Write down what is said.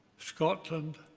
scotland,